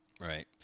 Right